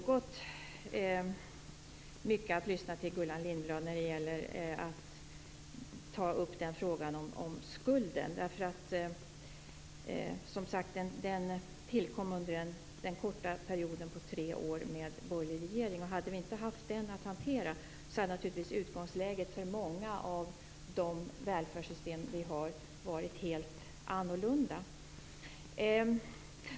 Gullan Lindblad tar upp frågan om skulden, men den tillkom alltså under den korta perioden på tre år med borgerlig regering. Hade vi inte haft den skulden att hantera, hade naturligtvis utgångsläget för många av välfärdssystemen varit helt annorlunda.